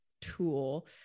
tool